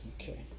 okay